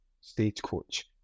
stagecoach